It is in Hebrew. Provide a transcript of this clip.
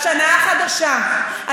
בשנה החדשה,